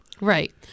Right